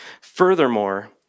Furthermore